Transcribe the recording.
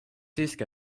siiski